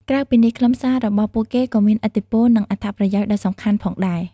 ក្រៅពីនេះ ខ្លឹមសាររបស់ពួកគេក៏មានឥទ្ធិពល និងអត្ថប្រយោជន៍ដ៏សំខាន់ផងដែរ។